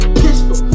pistol